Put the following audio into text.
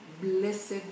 blessed